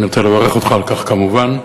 אני רוצה לברך אותך על כך, כמובן.